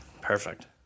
Perfect